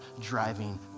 driving